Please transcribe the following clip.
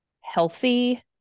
healthy